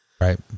right